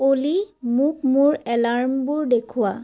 অ'লি মোক মোৰ এলাৰ্মবোৰ দেখুওৱা